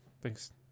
Thanks